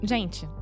Gente